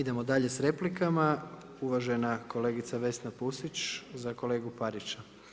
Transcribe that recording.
Idemo dalje s replikama, uvažena kolegica Vesna Pusić za kolegu Parića.